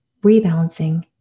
rebalancing